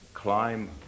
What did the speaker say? climb